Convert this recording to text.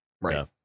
Right